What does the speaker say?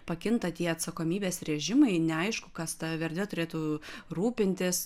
pakinta tie atsakomybės režimai neaišku kas ta verte turėtų rūpintis